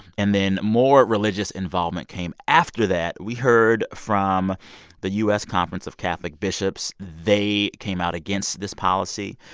and then more religious involvement came after that. we heard from the u s. conference of catholic bishops. they came out against this policy.